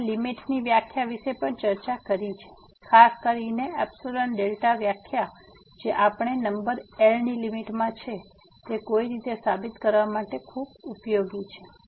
અમે લીમીટ ની વ્યાખ્યા વિશે પણ ચર્ચા કરી છે ખાસ કરીને ϵδ વ્યાખ્યા જે આપેલ નંબર L લીમીટ છે તે કોઈક રીતે સાબિત કરવા માટે ખૂબ ઉપયોગી છે